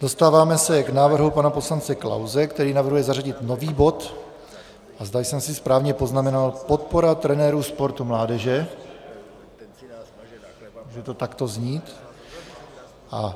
Dostáváme se k návrhu pana poslance Klause, který navrhuje zařadit nový bod, a zda jsem si správně poznamenal, podpora trenérů sportu mládeže, může to takto znít.